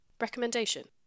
Recommendation